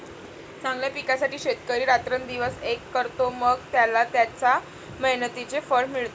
चांगल्या पिकासाठी शेतकरी रात्रंदिवस एक करतो, मग त्याला त्याच्या मेहनतीचे फळ मिळते